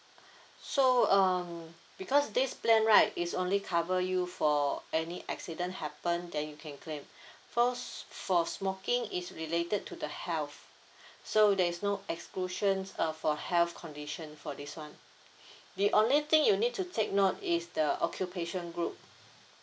so um because this plan right is only cover you for any accident happen then you can claim fo~ for smoking is related to the health so there is no exclusions uh for health condition for this one the only thing you need to take note is the occupation group